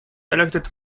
elected